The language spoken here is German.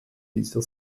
dieser